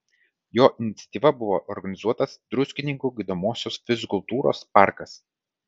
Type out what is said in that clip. jo iniciatyva buvo organizuotas druskininkų gydomosios fizkultūros parkas